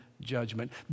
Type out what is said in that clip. judgment